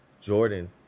Jordan